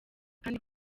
kandi